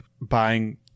buying